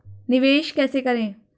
निवेश कैसे करें?